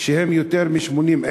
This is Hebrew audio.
שהם יותר מ-80,000,